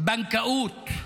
בו בנקאות,